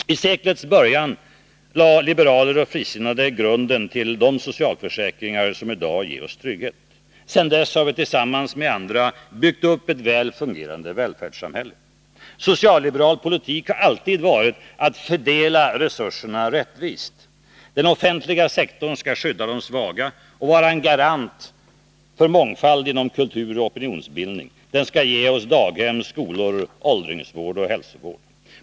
I seklets början lade liberaler och frisinnade grunden till de socialförsäkringar som i dag ger oss trygghet. Sedan dess har vi tillsammans med andra byggt upp ett väl fungerande välfärdssamhälle. Socialliberal politik har alltid varit att fördela resurserna rättvist. Den offentliga sektorn skall skydda de svaga och vara en garant för mångfald inom kultur och opinionsbildning. Den skall ge oss daghem, skolor, åldringsvård och hälsovård.